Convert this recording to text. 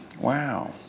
Wow